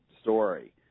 story